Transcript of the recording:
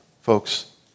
Folks